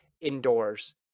indoors